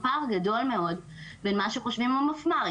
הפער גדול מאוד בין מה שחושבים המפמ"רים,